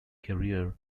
career